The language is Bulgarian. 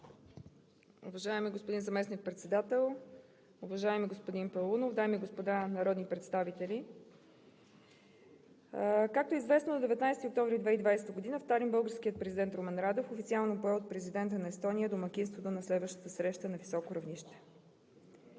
Уважаеми господин Заместник-председател, уважаеми господин Паунов, дами и господа народни представители! Както е известно, на 19 октомври 2020 г. в Талин българският президент Румен Радев официално прие от президента на Естония домакинството на следващата среща на високо равнище.